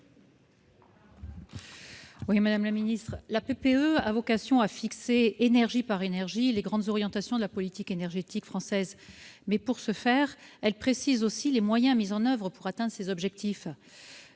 pour avis. La PPE a vocation à fixer, énergie par énergie, les grandes orientations de la politique énergétique française. Pour ce faire, elle précise aussi les moyens mis en oeuvre pour atteindre ces objectifs.